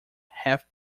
half